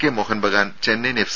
K Mohun Bagan Chennaiyin F